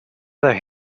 other